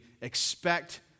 expect